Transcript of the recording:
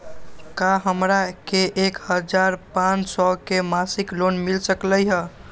का हमरा के एक हजार पाँच सौ के मासिक लोन मिल सकलई ह?